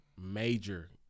major